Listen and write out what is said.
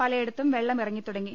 പലയിടത്തും വെള്ളം ഇറങ്ങിത്തുടങ്ങി